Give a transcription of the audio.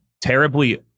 terribly